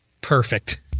Perfect